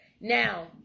Now